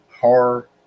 horror